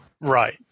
Right